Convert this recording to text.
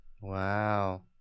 Wow